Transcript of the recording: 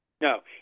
No